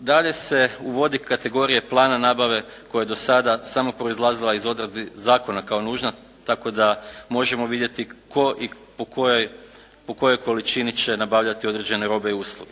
Dalje se uvodi kategorije plana nabave koja je do sada samo proizlazila iz odredbi zakona kao nužna tako da možemo vidjeti tko i po kojoj, po kojoj količini će nabavljati određene robe i usluge.